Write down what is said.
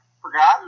forgot